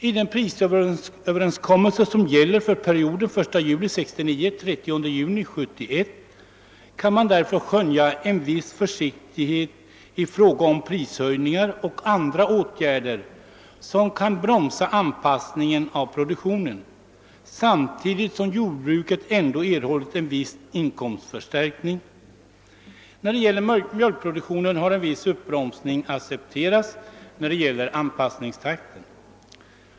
I den prisöverenskommelse som gäller för perioden 1 juli 1969— 30 juni 1971 kan man därför skönja en viss försiktighet i fråga om prishöjningar och andra åtgärder som kan bromsa anpassningen av produktionen samtidigt som jordbruket ändå erhållit en viss inkomstförstärkning. För mjölkproduktionen har en viss uppbromsning accepterats beträffande anpassningstakten.